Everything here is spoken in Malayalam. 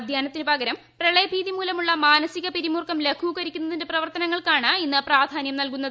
അധ്യയനത്തിന് പകരം പ്രളയഭീതി മൂലമുളള മാനസിക പിരിമുറുക്കം ലഘൂകരിക്കുന്ന പ്രവർത്തനങ്ങൾക്കാണ് ഇന്ന് പ്രാധാന്യം നൽകുന്നത്